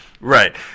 Right